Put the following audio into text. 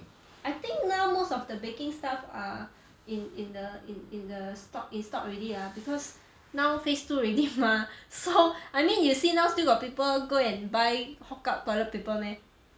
I think now most of the baking stuff are in in the in in the stock in stock already lah because now phase two already mah so I mean you see now still got people go and buy hog up toilet paper meh